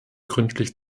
gründlich